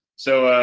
so,